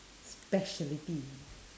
specialty